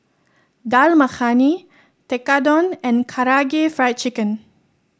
Dal Makhani Tekkadon and Karaage Fried Chicken